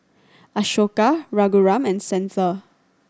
Ashoka Raghuram and Santha